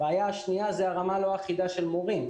הבעיה השנייה היא הרמה הלא אחידה של מורים.